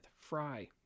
Fry